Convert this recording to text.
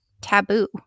taboo